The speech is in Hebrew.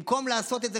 במקום לעשות את זה,